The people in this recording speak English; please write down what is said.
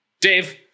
Dave